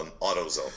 AutoZone